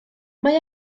mae